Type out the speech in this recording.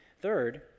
third